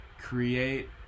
create